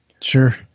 Sure